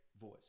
voice